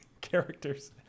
characters